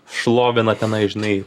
šlovina tenai žinai